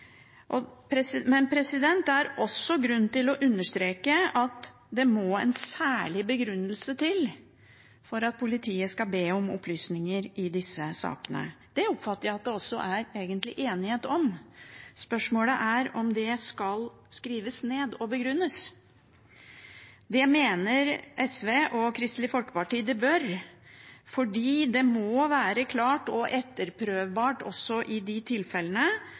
Men det er også grunn til å understreke at det må en særlig begrunnelse til for at politiet skal be om opplysninger i disse sakene. Det oppfatter jeg at det egentlig også er enighet om. Spørsmålet er om det skal skrives ned og begrunnes. Det mener SV og Kristelig Folkeparti det bør, fordi det må være klart og etterprøvbart også i disse tilfellene